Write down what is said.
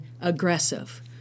aggressive